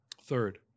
Third